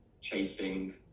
chasing